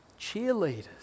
cheerleaders